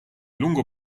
lungo